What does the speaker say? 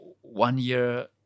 one-year